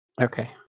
Okay